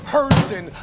Hurston